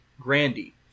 Grandy